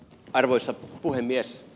arvoisa puhemies